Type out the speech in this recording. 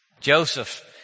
Joseph